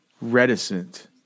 Reticent